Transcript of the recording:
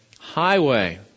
Highway